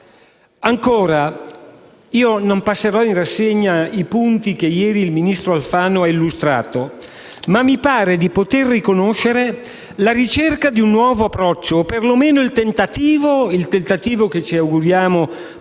Ancora: non passerò in rassegna i punti che ieri il ministro Alfano ha illustrato, ma mi pare di poter riconoscere la ricerca di un nuovo approccio, per lo meno il tentativo, che ci auguriamo possa